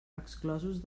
exclosos